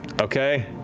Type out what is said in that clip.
Okay